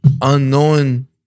unknown